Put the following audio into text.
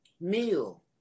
meal